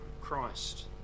Christ